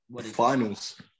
Finals